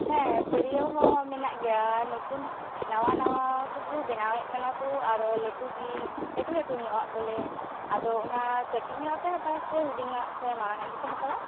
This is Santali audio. ᱦᱮᱸ ᱛᱤᱨᱭᱟ ᱣ ᱦᱚᱸ ᱢᱮᱱᱟᱜ ᱜᱮᱭᱟ ᱱᱩᱛᱩᱱ ᱱᱟᱣᱟ ᱱᱟᱣᱟ ᱠᱚᱠᱚ ᱵᱮᱱᱟᱣᱮᱜ ᱠᱟᱱᱟᱠᱚ ᱟᱨᱚ ᱞᱟ ᱴᱩ ᱜᱤ ᱞᱟ ᱴᱩ ᱞᱟ ᱴᱩ ᱧᱚᱜᱼᱟᱜ ᱵᱚᱞᱮ ᱟᱫᱚ ᱚᱱᱟ ᱠᱟ ᱴᱤᱡ ᱧᱚᱜᱼᱟᱜ ᱯᱮ ᱦᱟᱛᱟᱣᱟ ᱥᱮ ᱦᱩᱰᱤᱝᱼᱟᱜ ᱥᱮ ᱢᱟᱨᱟᱝᱼᱟᱜ ᱜᱮᱯᱮ ᱦᱟᱛᱟᱣᱟ